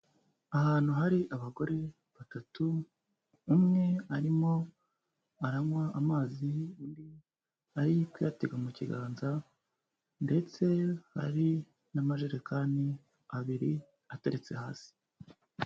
Ahantu hari abagore batatu. Umwe arimo aranywa amazi, undi ari kuyatega mu kiganza ndetse hari n'amajerekani abiri ateretse hasi.